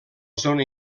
zona